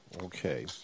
Okay